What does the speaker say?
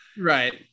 Right